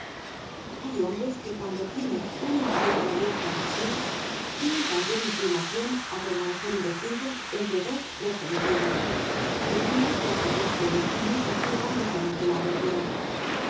hay hombres que cuando tienen un incidente abierto ante sí tienen tambien inclinacion á permanecer indecisos entre dos resoluciones temiendo que les aplaste el destino si cierran bruscamente la aventura los